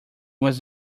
was